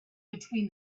between